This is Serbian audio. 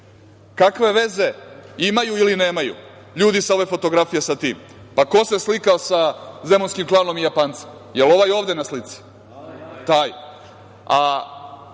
veze imaju ili nemaju ljudi sa ove fotografije sa tim? Ko se slikao sa zemunskim klanom i Japancem? Jel ovaj ovde na slici? Taj.